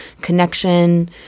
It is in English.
connection